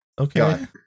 Okay